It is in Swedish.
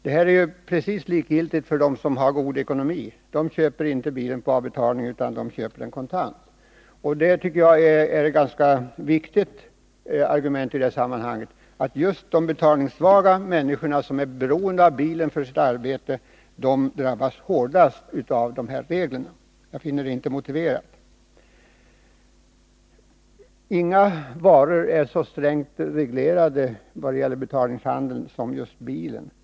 Detta är helt likgiltigt för dem som har god ekonomi — de köper inte bil på avbetalning, utan de köper den kontant. Det är ett viktigt argument i sammanhanget att just de betalningssvaga människorna, som är beroende av bilen för sitt arbete, drabbas hårdast av reglerna. Jag finner inte att det är motiverat. Inga varor är så strängt reglerade vad gäller avbetalningshandeln som just bilen.